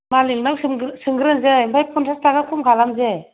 मालिकनाव सोंग्रोन्सै आमफ्राय फनसास थाखा खम खालामसै